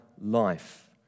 life